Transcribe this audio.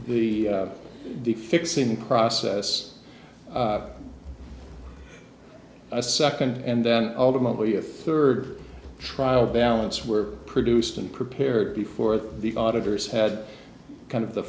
the the fixing process a second and then ultimately of third trial balance were produced and prepared before the auditors had kind of the